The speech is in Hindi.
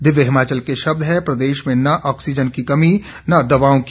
दिव्य हिमाचल के शब्द हैं प्रदेश में न ऑक्सीजन की कमी न दवाओं की